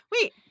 wait